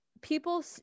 people